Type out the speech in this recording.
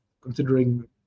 considering